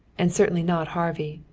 and certainly not harvey,